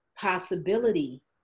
possibility